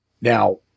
Now